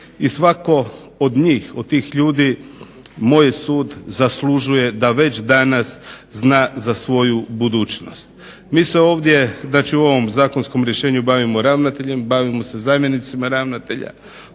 I svatko od njih, od tih ljudi moj je sud zaslužuje da već danas zna za svoju budućnost. Mi se ovdje znači u ovom zakonskom rješenju bavimo ravnateljem, bavimo se zamjenicima ravnatelja,